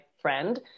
friend